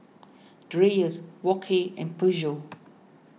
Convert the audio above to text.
Dreyers Wok Hey and Peugeot